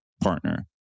partner